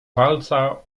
walca